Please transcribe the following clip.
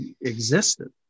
existed